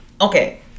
Okay